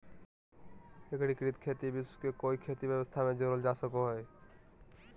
एग्रिकृत खेती विश्व के कोई खेती व्यवस्था में जोड़ल जा सको हइ